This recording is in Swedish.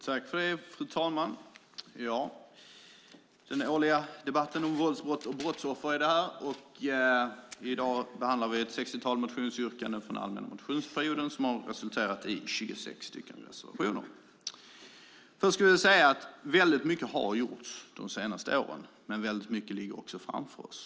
Fru talman! Det här är den årliga debatten om våldsbrott och brottsoffer. I dag behandlar vi ett sextiotal motionsyrkanden från den allmänna motionsperioden som har resulterat i 26 reservationer. Först vill jag säga att väldigt mycket har gjorts under de senaste åren, men väldigt mycket ligger också framför oss.